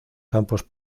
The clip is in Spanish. campos